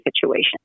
situation